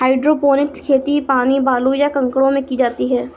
hydroponics खेती पानी, बालू, या कंकड़ों में की जाती है